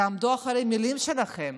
תעמדו מאחורי המילים שלכם.